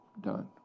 done